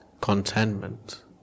contentment